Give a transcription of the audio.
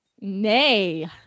Nay